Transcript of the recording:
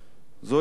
זוהי הדרך